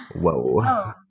Whoa